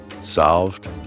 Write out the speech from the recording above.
solved